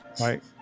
Right